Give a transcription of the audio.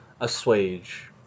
assuage